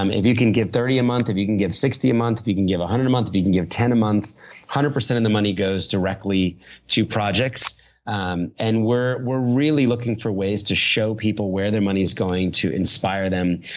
um if you can give thirty a month, if you can give sixty a month, if you can give one hundred a month, if you can give ten a month. one hundred percent of the money goes directly to projects um and we're we're really looking for ways to show people where the money is going to inspire them.